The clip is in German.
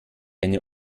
eine